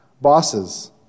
bosses